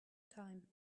time